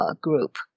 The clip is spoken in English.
group